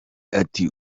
ati